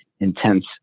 intense